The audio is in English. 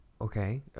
Okay